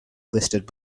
listed